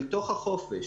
אל תוך החופש.